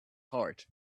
heart